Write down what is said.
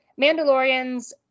Mandalorians